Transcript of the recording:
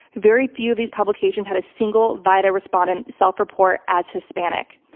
very few of these publications had a single vida respondent self-report as hispanic.